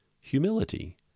humility